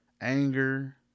anger